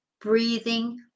breathing